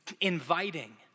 Inviting